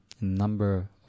number